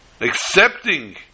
accepting